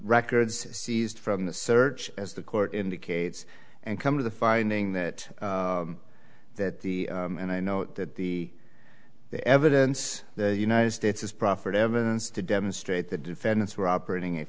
records seized from the search as the court indicates and come to the finding that that and i know that the evidence the united states is proffered evidence to demonstrate the defendants were operating